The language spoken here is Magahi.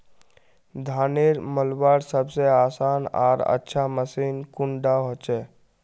धानेर मलवार सबसे आसान आर अच्छा मशीन कुन डा होचए?